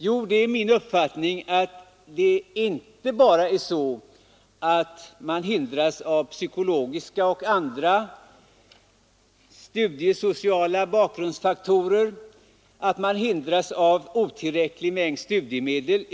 Jo, det är min uppfattning att man hindras inte bara av psykologiska och andra studiesociala bakgrundsfaktorer och på grund av otillräckliga studiemedel.